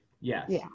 Yes